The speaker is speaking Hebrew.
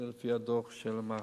וזה לפי הדוח של הלמ"ס.